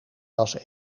was